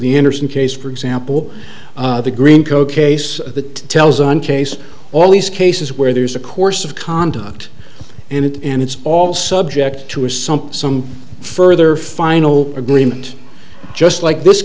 the interesting case for example the green co case that tells on case all these cases where there's a course of conduct and it and it's all subject to as something some further final agreement just like this